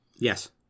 Yes